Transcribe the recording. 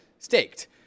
Staked